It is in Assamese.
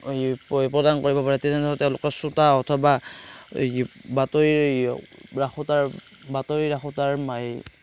এই প্ৰদান কৰিব পাৰে তেনেহ'লে তেওঁলোকৰ শ্ৰোতা অথবা এই বাতৰি এই ৰাখোতাৰ বাতৰি ৰাখোতাৰ এই